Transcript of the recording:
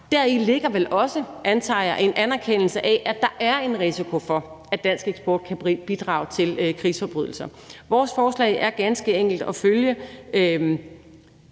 Deri ligger vel også, antager jeg, en anerkendelse af, at der er en risiko for, at dansk eksport kan bidrage til krigsforbrydelser. Vores forslag er ganske enkelt at følge